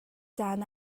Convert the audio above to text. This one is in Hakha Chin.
caan